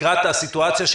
לקראת הסיטואציה,